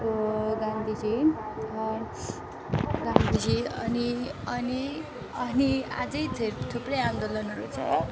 गान्धीजी र गान्धीजी अनि अनि अनि अझै धेर थुप्रै आन्दोलनहरू छ